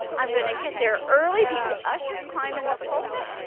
i'm going to get there early, beat the ushers, climb in the pulpit,